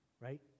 right